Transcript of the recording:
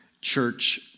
church